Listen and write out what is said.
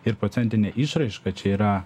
ir procentine išraiška čia yra